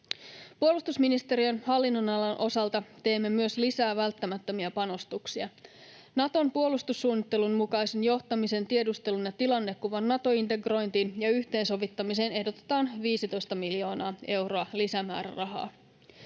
Puolustusministeriön hallinnonalan osalta teemme myös lisää välttämättömiä panostuksia. Naton puolustussuunnittelun mukaisen johtamisen, tiedustelun ja tilannekuvan Nato-integrointiin ja yhteensovittamiseen ehdotetaan 15 miljoonaa euroa lisämäärärahaa.